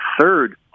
third